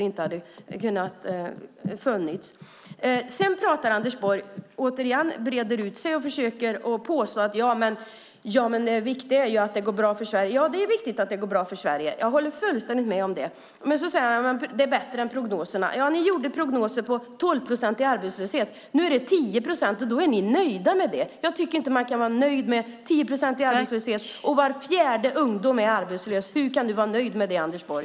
Sedan breder Anders Borg återigen ut sig och säger att det viktiga är att det går bra för Sverige. Ja, det är viktigt att det går bra för Sverige; jag håller fullständigt med om det. Han säger att det är bättre än prognoserna. Men ni gjorde prognoser på 12-procentig arbetslöshet. Nu är det 10 procent, och då är ni nöjda. Jag tycker inte att man kan vara nöjd med 10-procentig arbetslöshet. Var fjärde ungdom är arbetslös. Hur kan du vara nöjd med det, Anders Borg?